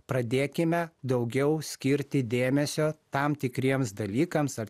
pradėkime daugiau skirti dėmesio tam tikriems dalykams ar